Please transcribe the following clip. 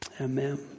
amen